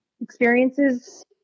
experiences